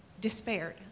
despaired